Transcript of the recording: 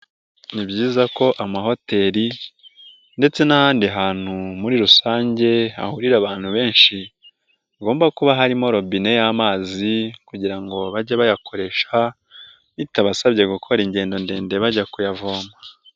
Ni byiza ko amahoteli ndetse n'ahandi hantu muri rusange hahurira abantu benshi hagomba kuba harimo robine y'amazi kugira ngo bajye bayakoresha, bitabasabye gukora ingendo ndende bajya kuyavoma.